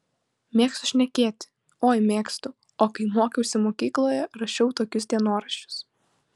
mėgstu šnekėti oi mėgstu o kai mokiausi mokykloje rašiau tokius dienoraščius